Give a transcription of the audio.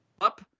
up